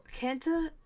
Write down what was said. Kenta